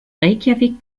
reykjavík